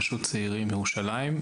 רשות צעירים בירושלים,